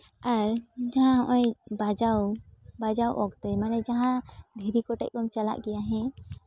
ᱟᱨ ᱡᱟᱦᱟᱸ ᱱᱚᱜᱼᱚᱭ ᱵᱟᱡᱟᱣ ᱵᱟᱡᱟᱣ ᱚᱠᱛᱮ ᱢᱟᱱᱮ ᱡᱟᱦᱟᱸ ᱫᱷᱤᱨᱤ ᱠᱚᱴᱮᱡ ᱠᱚᱢ ᱪᱟᱞᱟᱜ ᱜᱮᱭᱟ ᱦᱮᱸ